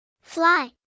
fly